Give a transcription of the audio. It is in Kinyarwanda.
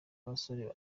abasore